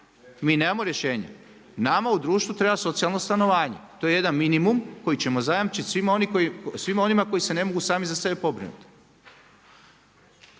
Mi nemamo rješenje. Nama u društvu treba socijalno stanovanje. To je jedan minimum koji ćemo zajamčiti svima onima koji se ne mogu sami za sebe pobrinuti.